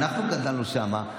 אנחנו גדלנו שם.